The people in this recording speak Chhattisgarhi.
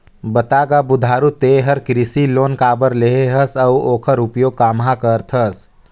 बता गा बुधारू ते हर कृसि लोन काबर लेहे हस अउ ओखर उपयोग काम्हा करथस